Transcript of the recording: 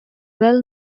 well